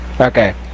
Okay